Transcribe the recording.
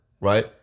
right